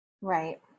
Right